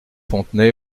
fontenay